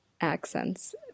accents